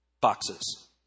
boxes